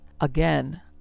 again